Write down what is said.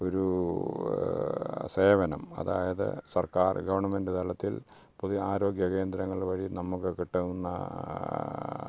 ഒരു സേവനം അതായത് സർക്കാർ ഗവൺമെൻറ്റ് തലത്തിൽ പുതിയ ആരോഗ്യകേന്ദ്രങ്ങൾ വഴി നമുക്ക് കിട്ടാവുന്ന